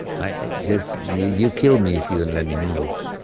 i just you you kill me if you don't let me move